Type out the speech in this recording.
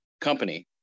company